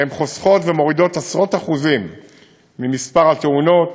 היא חוסכת ומורידה בעשרות אחוזים אץ מספר התאונות,